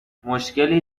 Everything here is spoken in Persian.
مشکلی